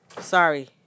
Sorry